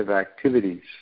activities